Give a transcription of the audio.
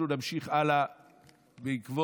אנחנו נמשיך הלאה בעקבות